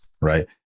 right